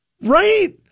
Right